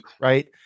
right